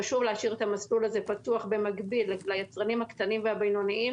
חשוב להשאיר את המסלול הזה פתוח במקביל ליצרנים הקטנים והבינוניים